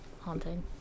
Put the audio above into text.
haunting